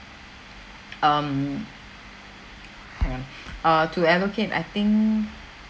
um hang on uh to allocate I think